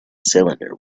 cylinder